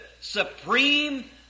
supreme